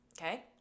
Okay